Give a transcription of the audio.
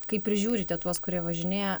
kai prižiūrite tuos kurie važinėja